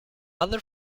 other